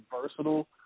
versatile